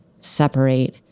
separate